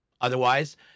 Otherwise